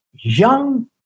young